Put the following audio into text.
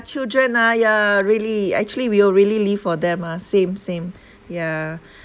children ah yeah really actually we will really live for them ah same same ya